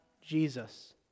Jesus